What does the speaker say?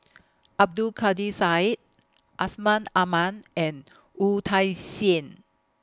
Abdul Kadir Syed Asman Aman and Wu Tsai Yen